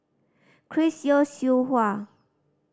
Chris Yeo Siew Hua